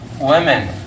Women